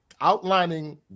Outlining